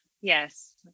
Yes